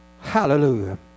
Hallelujah